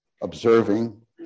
observing